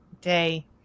day